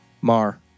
Mar